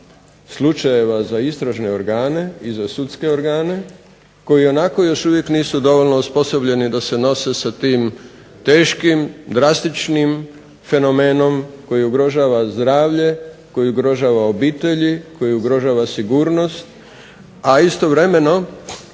slučajeva za istražne organe i za sudske organe koji ionako još uvijek nisu dovoljno osposobljeni da se nose sa tim teškim, drastičnim fenomenom koji ugrožava zdravlje, koji ugrožava obitelji, koji ugrožava sigurnost, a istovremeno